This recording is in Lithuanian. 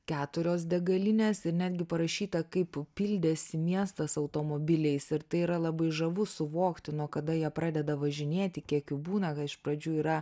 keturios degalinės ir netgi parašyta kaip pildėsi miestas automobiliais ir tai yra labai žavu suvokti nuo kada jie pradeda važinėti kiek jų būna kad iš pradžių yra